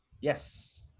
Yes